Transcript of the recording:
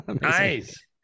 Nice